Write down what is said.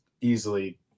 easily